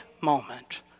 moment